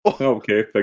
okay